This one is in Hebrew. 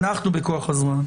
טוב, אנחנו בכוח הזרוע?